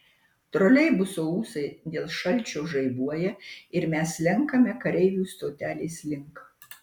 troleibuso ūsai dėl šalčio žaibuoja ir mes slenkame kareivių stotelės link